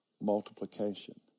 multiplication